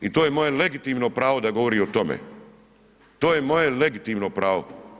I to je moje legitimno pravo da govorim o tome, to je moje legitimno pravo.